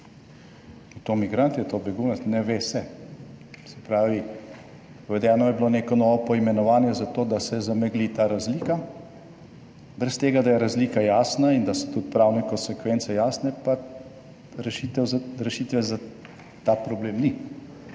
to migrant, je to begunec, ne ve se. Se pravi, uvedeno je bilo neko novo poimenovanje za to, da se zamegli ta razlika brez tega, da je razlika jasna in da so tudi pravne konsekvence jasne, pa rešitev za rešitve za ta problem ni.